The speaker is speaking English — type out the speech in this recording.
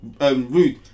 Rude